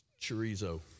Chorizo